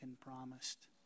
promised